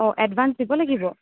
অঁ এডভাঞ্চ দিব লাগিব